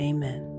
Amen